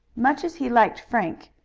much as he liked frank,